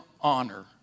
honor